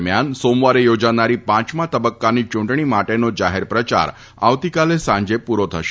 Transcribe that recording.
દરમિયાન સોમવારે યોજાનારી પાંચમા તબક્કાની ચૂંટણી માટેનો જાહેર પ્રચાર આવતીકાલે સાંજે પૂરો થશે